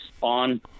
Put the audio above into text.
on